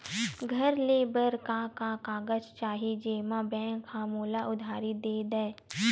घर ले बर का का कागज चाही जेम मा बैंक हा मोला उधारी दे दय?